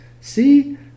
See